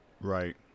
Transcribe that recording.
Right